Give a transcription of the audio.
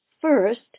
First